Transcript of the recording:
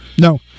No